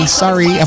sorry